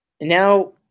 Now